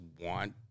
Want